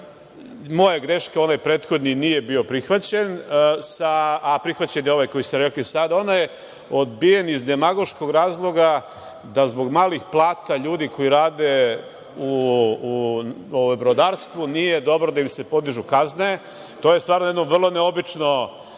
Moja greška, onaj prethodni nije bio prihvaćen, a prihvaćen ovaj koji ste rekli sada. On je odbijen iz demagoškog razloga da zbog malih plata ljudi koji rade u brodarstvu nije dobro da im se podižu kazne to je stvar jedno vrlo neobično